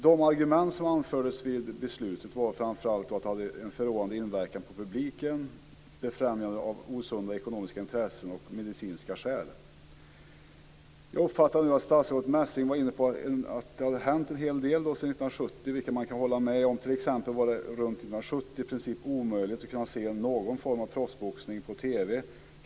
De argument som anfördes vid beslutet var framför allt att det hade en förråande inverkan på publiken, befrämjande av osunda ekonomiska intressen och medicinska skäl. Jag uppfattade nu att statsrådet Messing var inne på att det har hänt en hel del sedan 1970, vilket man kan hålla med om. T.ex. var det runt 1970 i princip omöjligt att kunna se någon form av proffsboxning på TV.